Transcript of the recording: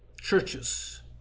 churches